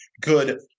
good